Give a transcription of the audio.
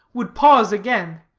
would pause again,